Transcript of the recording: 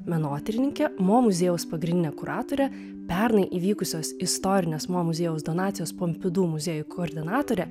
menotyrininke mo muziejaus pagrindine kuratore pernai įvykusios istorinės mo muziejaus donacijos pompidu muziejui koordinatore